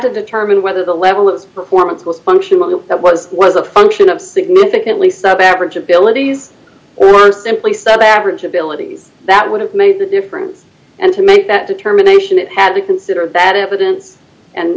to determine whether the level of performance was functional that was was a function of significantly sub average abilities or simply set average abilities that would have made the difference and to make that determination it had to consider that evidence and